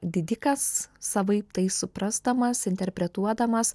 didikas savaip tai suprasdamas interpretuodamas